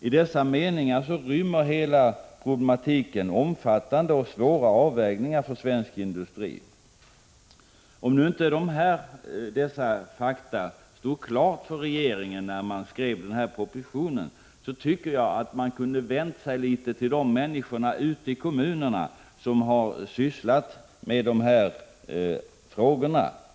Problematiken i detta sammanhang inrymmer omfattande och svåra avvägningar för svensk industri. Om nu regeringen inte hade dessa fakta klart för sig när propositionen skrevs, hade man väl ändå kunnat vända sig till de 171 människor ute i kommunerna som har sysslat med dessa frågor.